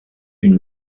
une